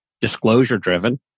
disclosure-driven